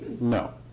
No